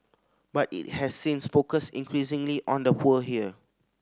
but it has since focused increasingly on the poor here